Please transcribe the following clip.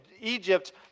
Egypt